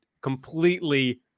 completely